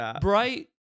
bright